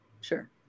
Sure